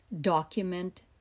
document